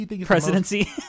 presidency